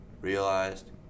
realized